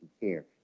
care